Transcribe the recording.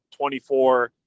24